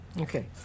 Okay